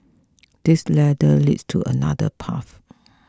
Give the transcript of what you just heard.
this ladder leads to another path